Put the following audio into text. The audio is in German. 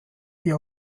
die